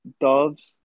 doves